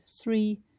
three